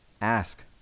ask